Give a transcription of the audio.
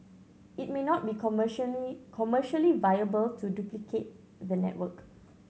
it may not be commercially commercially viable to duplicate the network